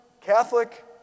Catholic